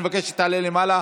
אני מבקש שתעלה למעלה.